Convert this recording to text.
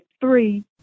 three